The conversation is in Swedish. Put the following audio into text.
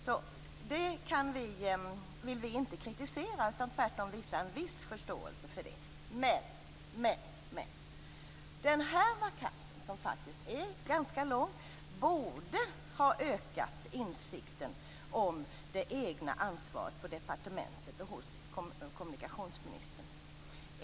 Så detta vill vi inte kritisera utan tvärtom visa en viss förståelse för. Men tiden för vakansen, som faktiskt var ganska lång, borde ha ökat insikten om det egna ansvaret hos departementet och kommunikationsministern.